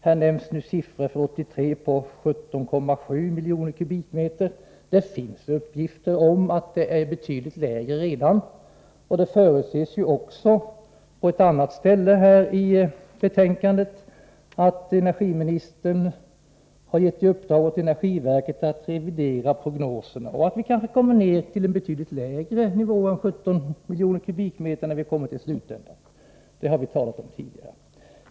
Här nämns för 1983 siffror som 17,7 miljoner kubikmeter. Det finns uppgifter om att denna siffra redan är betydligt lägre. Det sägs också på ett annat ställe i betänkandet att energiministern har gett i uppdrag åt energiverket att revidera prognosen, och att vi kanske till slut kommer ner till en betydligt lägre nivå än 17 miljoner kubikmeter. Det har vi talat om tidigare.